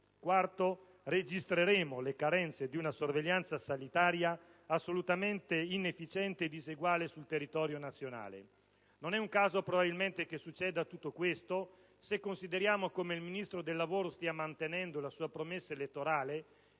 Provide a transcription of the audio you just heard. luogo, registreremo le carenze di una sorveglianza sanitaria assolutamente inefficiente e diseguale sul territorio nazionale. Non è un caso probabilmente che succeda tutto questo, se consideriamo come il Ministro del lavoro stia mantenendo la sua promessa elettorale